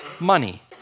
money